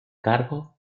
cargo